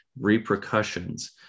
repercussions